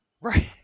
Right